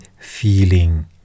feeling